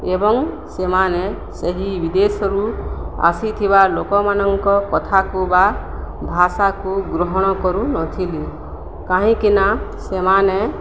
ଏବଂ ସେମାନେ ସେହି ବିଦେଶରୁ ଆସିଥିବା ଲୋକମାନଙ୍କ କଥାକୁ ବା ଭାଷାକୁ ଗ୍ରହଣ କରୁନଥିଲେ କାହିଁକିନା ସେମାନେ